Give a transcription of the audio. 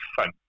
fun